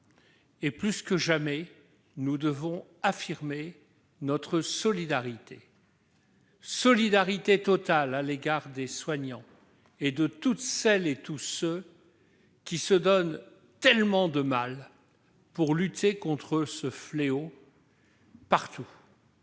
Plus que jamais, nous devons affirmer notre solidarité totale à l'égard des soignants et de toutes celles et de tous ceux qui se donnent tellement de mal pour lutter partout contre ce fléau. Nous